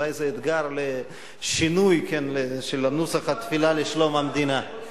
אולי זה אתגר לשינוי של נוסח התפילה לשלום המדינה.